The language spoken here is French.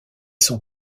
son